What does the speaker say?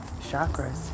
chakras